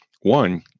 one